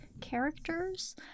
characters